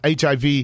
HIV